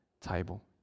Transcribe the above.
table